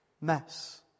mess